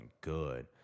good